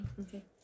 Okay